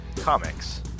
Comics